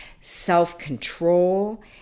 self-control